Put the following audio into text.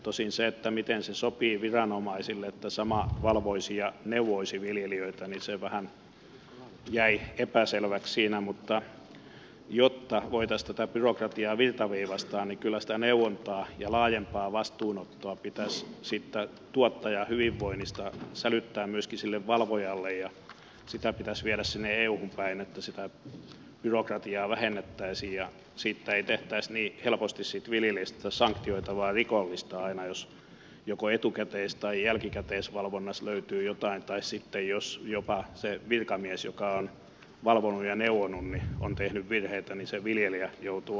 tosin se miten viranomaisille sopii se että sama valvoisi ja neuvoisi viljelijöitä vähän jäi siinä epäselväksi mutta jotta voitaisiin tätä byrokratiaa virtaviivaistaa niin kyllä sitä neuvontaa ja laajempaa vastuunottoa siitä tuottajan hyvinvoinnista pitäisi sälyttää myöskin sille valvojalle ja viedä sinne euhun päin sitä että byrokratiaa vähennettäisiin ja siitä viljelijästä ei niin helposti tehtäisi sanktioitavaa rikollista aina jos joko etukäteis tai jälkikäteisvalvonnassa löytyy jotain tai sitten on jopa niin että jos se virkamies joka on valvonut ja neuvonut on tehnyt virheitä niin se viljelijä joutuu aina korvaamaan